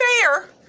fair